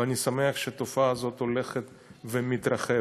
ואני שמח שהתופעה הזאת הולכת ומתרחבת.